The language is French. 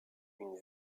une